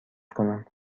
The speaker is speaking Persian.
کنم